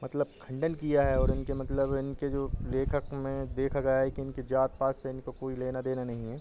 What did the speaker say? मतलब खंडन किया है और इनके मतलब इनके जो लेखक में देखा गया है कि इनके जात पात से इनको कोई लेना देना नहीं है